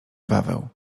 paweł